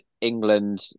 england